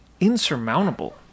insurmountable